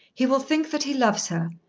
he will think that he loves her,